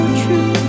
true